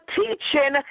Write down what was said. teaching